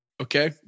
okay